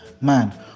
man